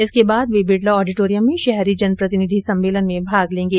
इसके बाद वे बिडेला ऑडिटोरियम में शहरी जनप्रतिनिधि सम्मेलन में भाग लेंगे